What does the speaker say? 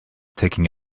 taking